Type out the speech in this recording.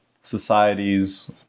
societies